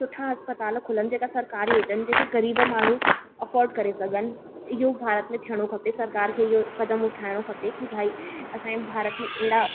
सुठा अस्पताल खुलनि जेका सरकारी हुजनि जेके गरीबु माण्हू अफॉर्ड करे सघनि इहो भारत में थियणो खपे सरकार खे इहो क़दमु उठाइणो खपे की भाई असांजे भारत में अहिड़ा